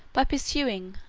by pursuing,